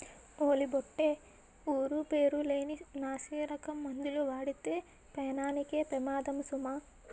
ఓలి బొట్టే ఊరు పేరు లేని నాసిరకం మందులు వాడితే పేనానికే పెమాదము సుమా